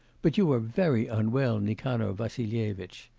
but you are very unwell, nikanor vassilyevitch,